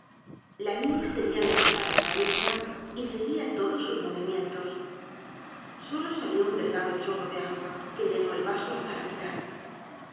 la niña tenia levantada la cabeza y seguia todos sus movimientos solo salió un delgado chorro de agua que llenó el vaso hasta la mitad